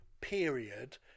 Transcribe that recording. period